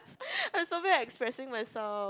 I'm so bad at expressing myself